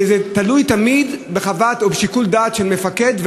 וזה תלוי תמיד בחוות דעת או בשיקול דעת של מפקד,